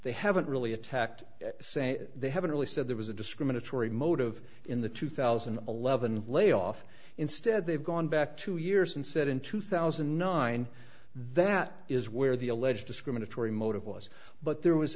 they haven't really attacked saying they haven't really said there was a discriminatory motive in the two thousand and eleven layoff instead they've gone back two years and said in two thousand and nine that is where the alleged discriminatory motive was but there was